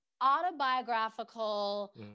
autobiographical